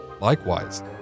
Likewise